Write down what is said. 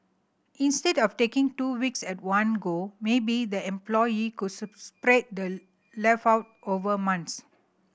instead of taking two weeks at one go maybe the employee could spread the leave out over months